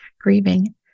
grieving